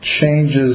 changes